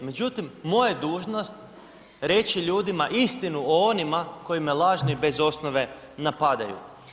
Međutim moja je dužnost reći ljudima istinu o onima koji me lažno i bez osnove napadaju.